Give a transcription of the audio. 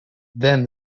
then